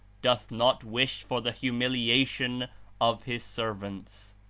doth not wish for the humiliation of his servants.